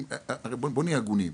נהיה הגונים,